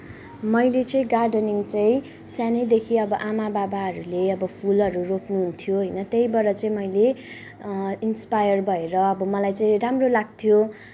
मैले चाहिँ गार्डनिङ चाहिँ सानैदेखि अब आमा बाबाहरूले अब फुलहरू रोप्नुहुन्थ्यो होइन त्यहीबाट चाहिँ मैले इन्स्पायर भएर अब मलाई चाहिँ राम्रो लाग्थ्यो